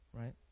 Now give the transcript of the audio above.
right